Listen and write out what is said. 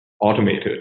automated